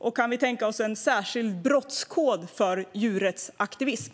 Och kan vi tänka oss en särskild brottskod för djurrättsaktivism?